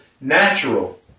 natural